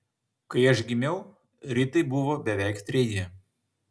kai aš gimiau ritai buvo beveik treji